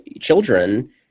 children